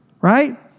right